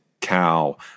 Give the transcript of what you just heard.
cow